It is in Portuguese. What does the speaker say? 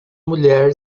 mulher